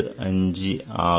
241375 ஆகும்